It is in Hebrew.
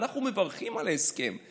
אנחנו מברכים על ההסכם,